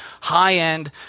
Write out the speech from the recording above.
High-end